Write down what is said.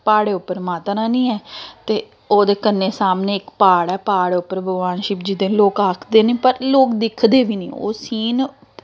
प्हाड़ें उप्पर माता रानी ऐ ते ओह्दे कन्नै सामनै इक प्हाड़ ऐ प्हाड़ उप्पर भगवान शिवजी दे लोग आखदे न पर लोग दिखदे बी नी ओह् सीन